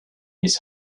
his